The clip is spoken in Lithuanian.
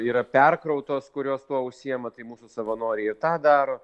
yra perkrautos kurios tuo užsiema tai mūsų savanoriai ir tą daro